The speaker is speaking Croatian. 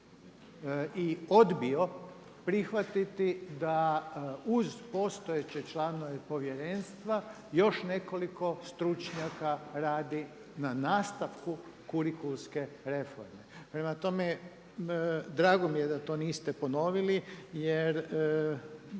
i odbio prihvatiti da uz postojeće članove povjerenstva još nekoliko stručnjaka radi na nastavku kurikulske reforme. Prema tome, drago mi je da to niste ponovili, jer